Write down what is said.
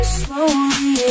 slowly